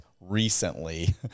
recently